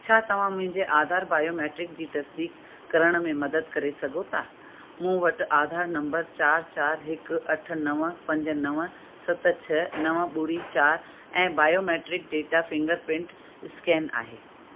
छा तव्हां मुंहिंजे आधार बायोमीट्रिक जी तज़दीक करण में मदद करे सघो था मूं वटि आधार नंबर चार चार हिकु अठ नव पंज नव सत छह नव ॿुड़ी चार ऐं बायोमेट्रिक डेटा फिंगरप्रिंट स्कैन आहे